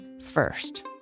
first